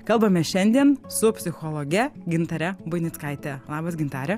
kalbamės šiandien su psichologe gintare buinickaitė labas gintare